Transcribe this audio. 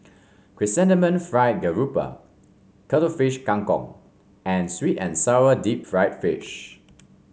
Chrysanthemum Fried Garoupa Cuttlefish Kang Kong and sweet and sour Deep Fried Fish